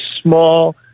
small